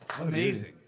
Amazing